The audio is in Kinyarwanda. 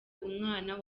umwana